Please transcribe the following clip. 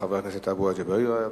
חבר הכנסת עפו אגבאריה,